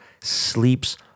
sleeps